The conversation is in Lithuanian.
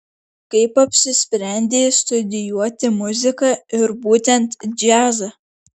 kaip apsisprendei studijuoti muziką ir būtent džiazą